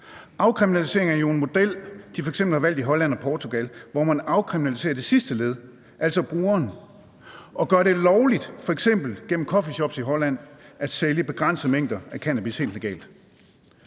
Afkriminalisering er jo en model, de f.eks. har valgt i Holland og Portugal, hvor man afkriminaliserer det sidste led, altså brugeren, og gør det lovligt, f.eks. i Holland gennem coffeeshops, at sælge begrænsede mængder af cannabis helt legalt.